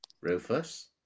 Rufus